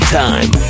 time